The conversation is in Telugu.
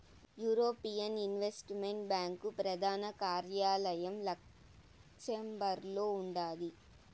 యూరోపియన్ ఇన్వెస్టుమెంట్ బ్యాంకు ప్రదాన కార్యాలయం లక్సెంబర్గులో ఉండాది